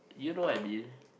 you know what I mean